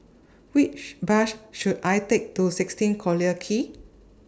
Which Bus should I Take to sixteen Collyer Quay